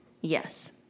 Yes